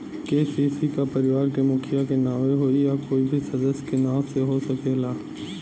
KCC का परिवार के मुखिया के नावे होई या कोई भी सदस्य के नाव से हो सकेला?